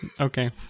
Okay